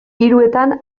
hiruetan